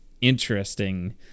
interesting